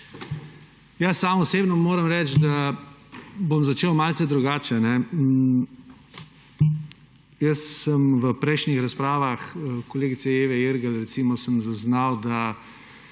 Sam osebno moram reči, da bom začel malce drugače. V prejšnjih razpravah kolegice Eve Irgl, recimo, sem zaznal, da